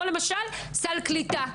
כמו למשל סל קליטה,